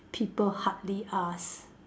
people hardly ask